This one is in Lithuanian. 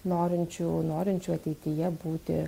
norinčių norinčių ateityje būti